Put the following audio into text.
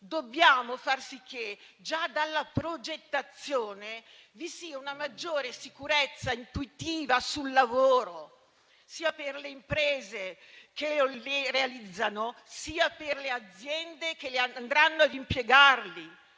dobbiamo far sì che già dalla progettazione vi sia una maggiore sicurezza intuitiva sul lavoro, sia per le imprese che li realizzano, sia per le aziende che andranno ad impiegarli,